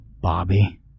bobby